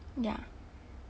ya